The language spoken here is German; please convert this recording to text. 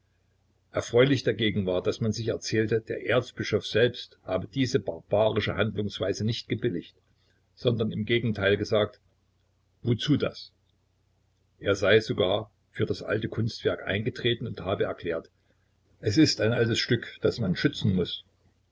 erfreulich dagegen war daß man sich erzählte der erzbischof selbst habe diese barbarische handlungsweise nicht gebilligt sondern im gegenteil gesagt wozu das er sei sogar für das alte kunstwerk eingetreten und habe erklärt es ist ein altes stück das man schützen muß